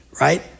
right